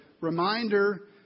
reminder